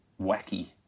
wacky